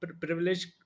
privilege